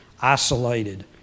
isolated